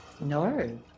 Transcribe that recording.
No